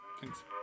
Thanks